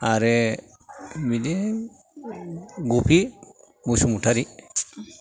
आरो बिदिनो गफि बसुमतारी